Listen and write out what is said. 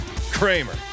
Kramer